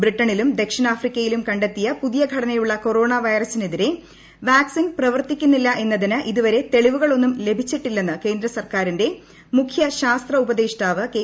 ബ്രിട്ടണിലും ദ്രക്ഷിണാഫ്രിക്കയിലും കണ്ടെത്തിയ പുതിയ ഘടനയുള്ള കൊറോണ വൈറസിനെതിരെ വാക്സിൻ പ്രവർത്തിക്കില്ലെന്നതിന് ഇതുവരെ തെളിവുകൾ ഒന്നും ലഭിച്ചിട്ടില്ലെന്ന് കേന്ദ്ര സർക്കാരിന്റെ മുഖ്യ ശാസ്ത്ര ഉപദേഷ്ടാവ് കെ